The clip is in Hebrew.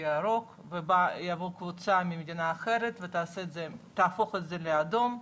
ירוק ותבוא מדינה מקבוצה אחרת ותהפוך את זה לאדום.